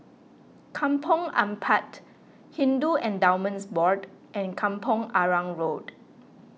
Kampong Ampat Hindu Endowments Board and Kampong Arang Road